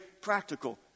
practical